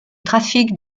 trafic